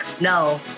No